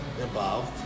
involved